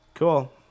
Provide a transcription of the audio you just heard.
Cool